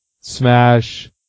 smash